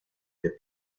the